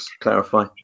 clarify